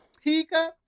Teacups